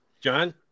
John